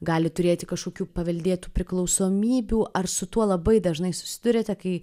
gali turėti kažkokių paveldėtų priklausomybių ar su tuo labai dažnai susiduriate kai